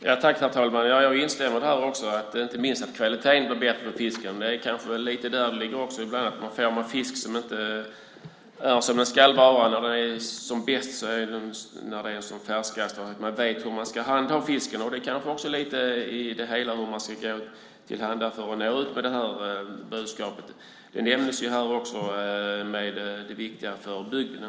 Herr talman! Jag instämmer i att det inte minst handlar om kvaliteten och om bättre fisk. Det kanske ligger bland annat i detta; ibland får man fisk som inte är som den ska vara. Den är som bäst när den är som färskast och när man vet hur man ska handha fisken. Det kan också vara en del i hur man ska gå till väga för att nå ut med budskapet. Det nämndes här hur viktigt detta är inte minst för bygden.